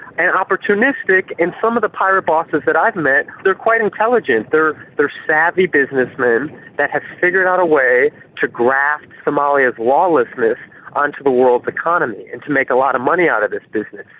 and opportunistic and some of the pirate bosses that i've met, they're quite intelligent, they're they're savvy businessmen that have figured out a way to graft somalia's lawlessness onto the world's economy, and to make a lot of money out of this business.